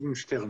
מורגנשטרן.